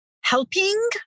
helping